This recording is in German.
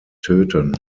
töten